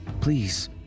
Please